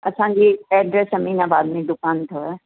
असांजी एड्रेस अमीनाबाद में दुकान अथव